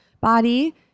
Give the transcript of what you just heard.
body